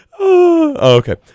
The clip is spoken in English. Okay